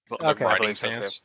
Okay